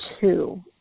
two